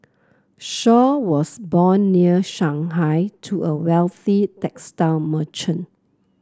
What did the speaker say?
Shaw was born near Shanghai to a wealthy textile merchant